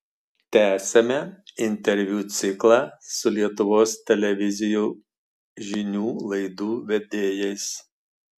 tęsiame interviu ciklą su lietuvos televizijų žinių laidų vedėjais